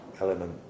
element